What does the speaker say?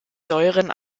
säuren